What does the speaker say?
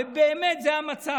ובאמת זה המצב,